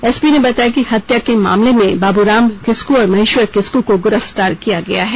SP ने बताया कि हत्या के मामले में बाबुराम किस्कु और महेश्वर किस्कु को गिरफ्तार किया गया है